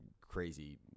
crazy